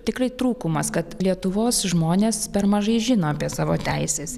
tikrai trūkumas kad lietuvos žmonės per mažai žino apie savo teises